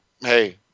hey